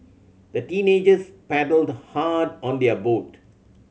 the teenagers paddled hard on their boat